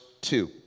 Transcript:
Two